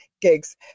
gigs